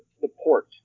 support